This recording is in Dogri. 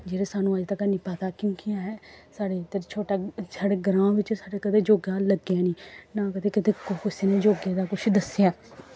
जेह्ड़े सानूं अजें तक हैनी पता क्योंकि असें साढ़े इद्धर छोटे साढ़े ग्रांऽ कदें योग लग्गेआ नेईं नां कदें कुसै योगे दा कुछ दस्सेआ